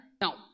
Now